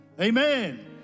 Amen